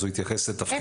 אז הוא התייחס לתפקיד.